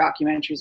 documentaries